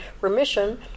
remission